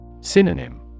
Synonym